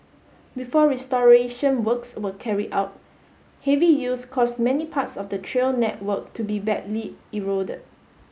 before restoration works were carried out heavy use caused many parts of the trail network to be badly eroded